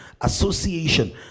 association